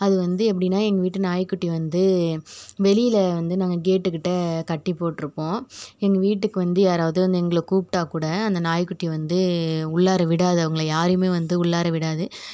அதுவந்து எப்படின்னா எங்கள் வீட்டு நாய்க்குட்டி வந்து வெளியில் வந்து நாங்கள் கேட்டுக்கிட்டே கட்டி போட்டிருப்போம் எங்கள் வீட்டுக்கு வந்து யாராவது வந்து எங்களை கூப்பிட்டா கூட அந்த நாய்க்குட்டியை வந்து உள்ளார விடாது அவங்கள யாரையுமே வந்து உள்ளார விடாது